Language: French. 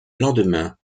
lendemain